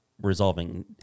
resolving